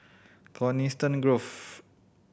Coniston Grove